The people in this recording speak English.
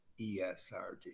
ESRD